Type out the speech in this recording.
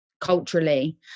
culturally